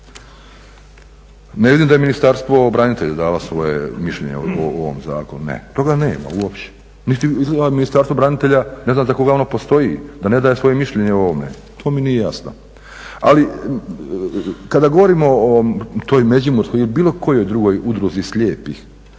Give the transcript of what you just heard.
Ne vidim da je Ministarstvo branitelja dalo svoje mišljenje o ovom zakonu, ne toga nema uopće, niti izgleda Ministarstvo branitelja, ne znam za koga ono postoji da ne daje svoje mišljenje o ovome, to mi nije jasno. Ali kada govorimo o toj međimurskoj ili bilo kojoj drugih udruzi slijepih